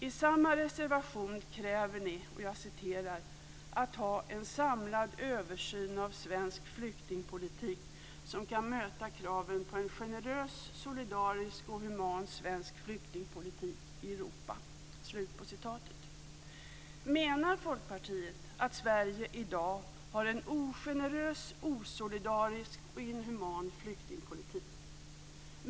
I samma reservation kräver ni "en samlad översyn av svensk flyktingpolitik, som kan möta kraven på en generös, solidarisk och human svensk flyktingpolitik i Europa". Menar Folkpartiet att Sverige i dag har en ogenerös, osolidarisk och inhuman flyktingpolitik?